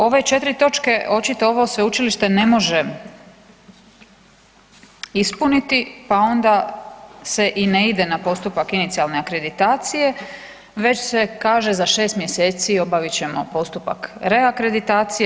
Ove 4 točke očito ovo sveučilište ne može ispuniti, pa onda se i ne ide na postupak inicijalne akreditacije već se kaže za 6 mjeseci obavit ćemo postupak reakreditacije.